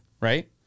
right